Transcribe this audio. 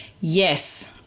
Yes